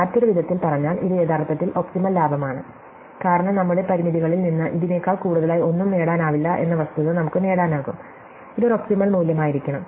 മറ്റൊരു വിധത്തിൽ പറഞ്ഞാൽ ഇത് യഥാർത്ഥത്തിൽ ഒപ്റ്റിമൽ ലാഭമാണ് കാരണം നമ്മുടെ പരിമിതികളിൽ നിന്ന് ഇതിനേക്കാൾ കൂടുതലായി ഒന്നും നേടാനാവില്ല എന്ന വസ്തുത നമുക്ക് നേടാനാകും ഇത് ഒരു ഒപ്റ്റിമൽ മൂല്യമായിരിക്കണം